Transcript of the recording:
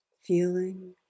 feeling